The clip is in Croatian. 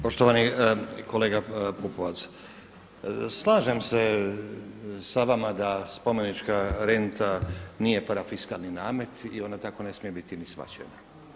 Poštovani kolega Pupovac, slažem se sa vama da spomenička renta nije parafiskalni namet i ona tako ne smije biti ni shvaćena.